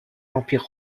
l’empire